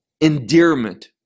endearment